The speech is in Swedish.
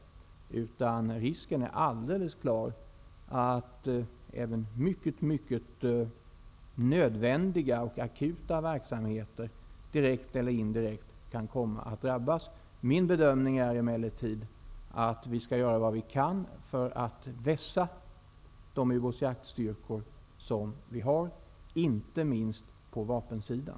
Det finns alldeles klart en risk för att även mycket mycket nödvändiga och akuta verksamheter direkt eller indirekt kan komma att drabbas. Min bedömning är emellertid att vi skall göra vad vi kan för att vässa de ubåtsjaktsstyrkor som vi har, inte minst på vapensidan.